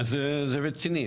זה רציני.